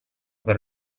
per